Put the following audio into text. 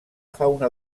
fauna